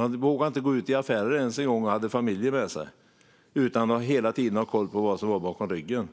Man vågar inte ens gå i affärer och ha familjen med sig utan att hela tiden ha koll på vad som är bakom ryggen.